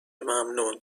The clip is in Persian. ممنون